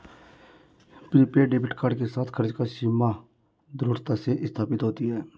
prepaid debit card के साथ, खर्च की सीमा दृढ़ता से स्थापित होती है